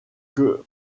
que